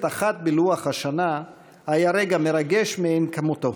אחת בלוח השנה היה רגע מרגש מאין כמותו,